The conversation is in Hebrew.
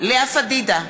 לאה פדידה,